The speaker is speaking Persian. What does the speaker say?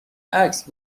عکس